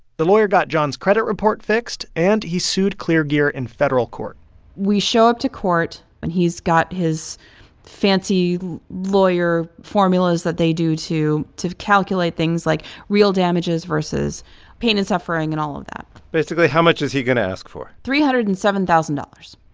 the lawyer got john's credit report fixed, and he sued kleargear in federal court we show up to court, and he's got his fancy lawyer formulas that they do to calculate calculate things like real damages versus pain and suffering and all of that basically, how much is he going to ask for? three hundred and seven thousand dollars.